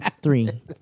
Three